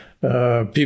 People